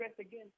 again